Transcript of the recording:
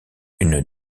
une